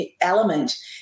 element